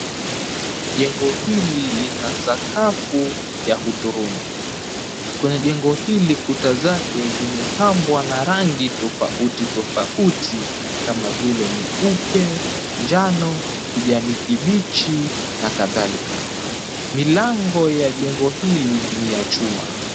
Jengo hili lina sakafu ya hudhurungi. Kwenye jengo hili kuta zake zimepambwa na rangi tofauti tofauti kama vile nyeupe, njano, kijani kibichi na kadhalika. Milango ya jengo hili ni ya chuma.